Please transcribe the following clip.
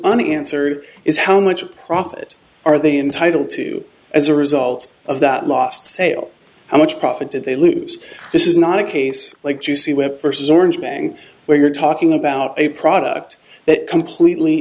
the answer is how much profit are they entitled to as a result of that lost sale how much profit did they lose this is not a case like juicy where versus orange bang where you're talking about a product that completely